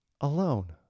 alone